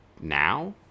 now